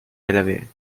delaware